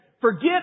forget